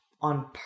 on